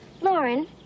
Lauren